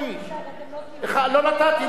לא נתתי לאיש להפריע לך.